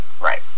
right